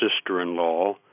sister-in-law